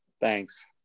Thanks